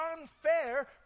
unfair